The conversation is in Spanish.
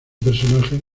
personaje